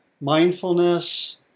mindfulness